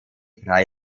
drei